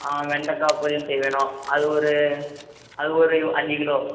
ஆமாம் வெண்டக்காய் பொரியல் செய்ய வேணும் அது ஒரு அது ஒரு அஞ்சு கிலோ